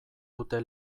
dute